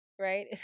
right